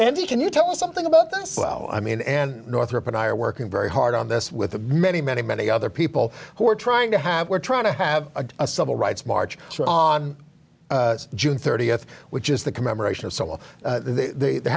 and you can you tell us something about this well i mean and northrop and i are working very hard on this with the many many many other people who are trying to have we're trying to have a civil rights march on june thirtieth which is the commemoration of so all the